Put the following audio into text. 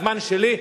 הזמן שלי,